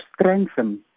strengthen